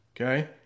okay